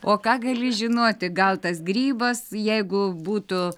o ką gali žinoti gal tas grybas jeigu būtų